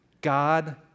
God